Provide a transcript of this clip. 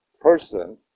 person